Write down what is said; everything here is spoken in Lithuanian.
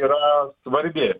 yra svarbi